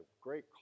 great